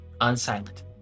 unsilent